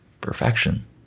Perfection